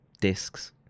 discs